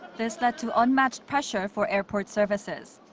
this led to unmatched pressure for airport services.